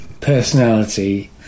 personality